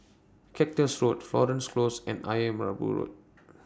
Cactus Road Florence Close and Ayer Merbau Road